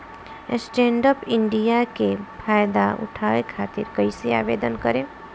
Stand up India के फाइदा उठाओ खातिर कईसे आवेदन करेम?